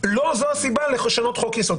לא זו הסיבה לשנות חוק יסוד.